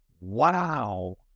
Wow